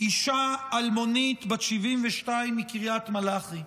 אישה אלמונית, בת 72, מקריית מלאכי,